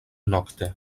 nokte